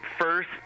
first